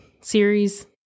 series